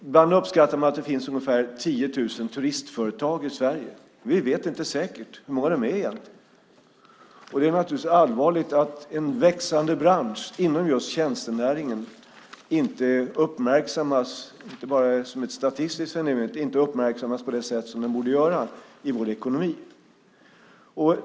Ibland uppskattar man att det finns ungefär 10 000 turistföretag i Sverige. Vi vet inte säkert hur många de är egentligen. Det är naturligtvis allvarligt att en växande bransch inom just tjänstenäringen inte uppmärksammas - inte bara statistiskt - som den borde i vår ekonomi.